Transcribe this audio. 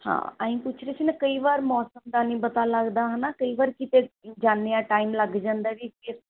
ਹਾਂ ਆਂਈਂ ਪੁੱਛ ਰਹੇ ਸੀ ਨਾ ਕਈ ਵਾਰ ਮੌਸਮ ਦਾ ਨਹੀਂ ਪਤਾ ਲੱਗਦਾ ਹੈ ਨਾ ਕਈ ਵਾਰ ਕਿਤੇ ਜਾਂਦੇ ਹਾਂ ਟਾਈਮ ਲੱਗ ਜਾਂਦਾ ਵੀ